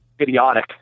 idiotic